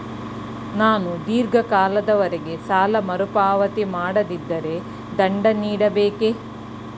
ನಾನು ಧೀರ್ಘ ಕಾಲದವರೆ ಸಾಲ ಮರುಪಾವತಿ ಮಾಡದಿದ್ದರೆ ದಂಡ ನೀಡಬೇಕೇ?